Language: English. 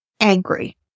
Angry